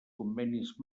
convenis